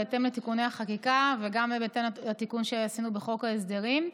בהתאם לתיקוני החקיקה וגם בהתאם לתיקון שעשינו בחוק ההסדרים.